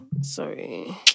Sorry